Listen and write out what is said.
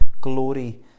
Glory